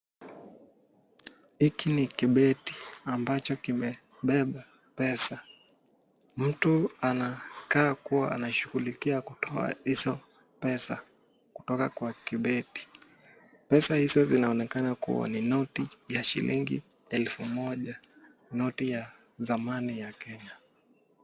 Hiki ni kibeti ambacho kimebeba pesa. Mtu anakaa kuwa anashughulikia kutoa hizo pesa, kutoka kwa kibeti. Pesa hizo zinaonekana kuwa ni noti ya shilingi elfu moja, noti ya zamani ya Kenya.